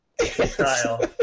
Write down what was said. style